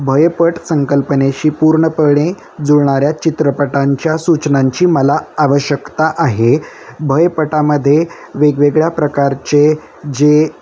भयपट संकल्पनेशी पूर्णपणे जुळणाऱ्या चित्रपटांच्या सूचनांची मला आवश्यकता आहे भयपटामध्ये वेगवेगळ्या प्रकारचे जे